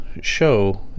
show